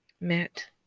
met